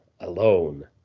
Alone